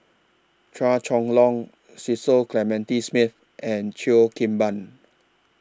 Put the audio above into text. Chua Chong Long Cecil Clementi Smith and Cheo Kim Ban